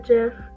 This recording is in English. Jeff